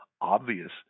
obvious